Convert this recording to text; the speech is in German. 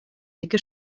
dicke